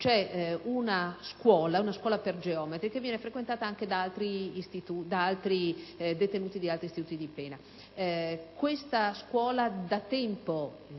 c'è una scuola per geometri che viene frequentata anche da detenuti di altri istituti di pena. Questa scuola, da tempo,